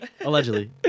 Allegedly